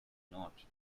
not